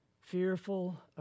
Fearful